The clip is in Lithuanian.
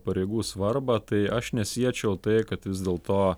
pareigų svarbą tai aš nesiečiau tai kad vis dėlto